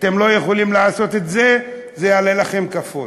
אתם לא יכולים לעשות את זה, זה יעלה לכם כפול.